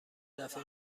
دفه